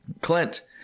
Clint